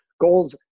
goals